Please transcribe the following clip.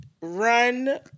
Run